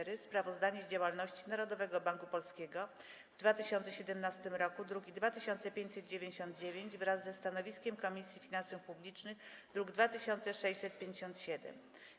17. Sprawozdanie z działalności Narodowego Banku Polskiego w 2017 roku (druk nr 2599) wraz ze stanowiskiem Komisji Finansów Publicznych (druk nr 2657)